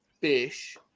fish